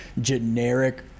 generic